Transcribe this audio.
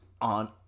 on